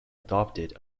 adopted